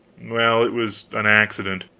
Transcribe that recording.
well, it was an accident.